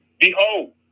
behold